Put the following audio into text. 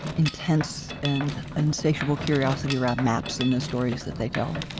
intense and insatiable curiosity around maps in the stories that they tell,